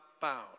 bound